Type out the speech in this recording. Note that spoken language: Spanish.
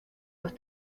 los